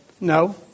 No